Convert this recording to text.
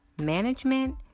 management